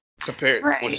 Compare